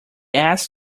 asks